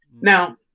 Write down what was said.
Now